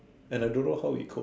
and I don't know how he copes